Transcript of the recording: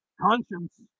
conscience